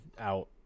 out